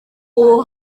uko